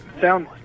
sound